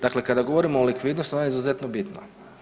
Dakle, kada govorimo o likvidnosti, ona je izuzetno bitna.